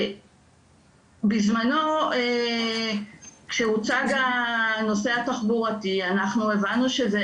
בזמנו כשהוצג הנושא התחבורתי אנחנו הבנו שזה